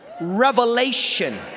revelation